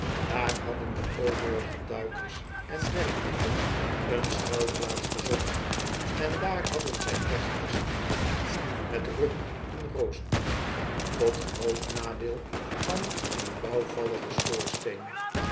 daar hadden de overige duikers en werklieden een schuilplaats gezocht en daar hadden zij kerstmis gevierd met rum en roast-beef tot groot nadeel van hun